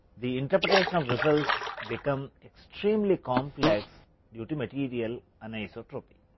the interpretation of results, become extremely complex due to material an isotropy.